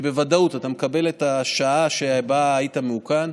אתה מקבל את השעה שבה היית מאוכן,